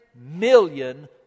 million